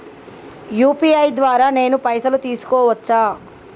UPI ద్వారా నేను పైసలు తీసుకోవచ్చా?